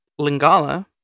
Lingala